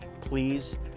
Please